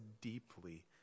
deeply